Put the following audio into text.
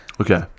Okay